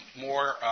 more